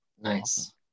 Nice